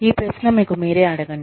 ఈ ప్రశ్న మీకు మీరే అడగండి